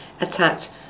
attacked